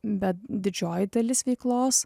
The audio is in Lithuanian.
bet didžioji dalis veiklos